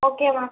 okay ma'am